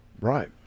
Right